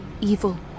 evil